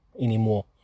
anymore